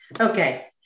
okay